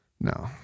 No